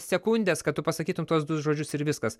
sekundes kad tu pasakytum tuos du žodžius ir viskas